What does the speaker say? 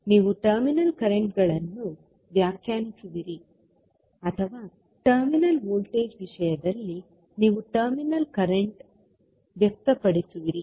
ನೀವು ಟರ್ಮಿನಲ್ ಕರೆಂಟ್ಗಳನ್ನು ವ್ಯಾಖ್ಯಾನಿಸುವಿರಿ ಅಥವಾ ಟರ್ಮಿನಲ್ ವೋಲ್ಟೇಜ್ ವಿಷಯದಲ್ಲಿ ನೀವು ಟರ್ಮಿನಲ್ ಕರೆಂಟ್ ವ್ಯಕ್ತಪಡಿಸುವಿರಿ